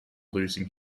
losing